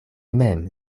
mem